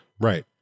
Right